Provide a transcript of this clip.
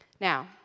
Now